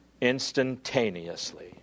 instantaneously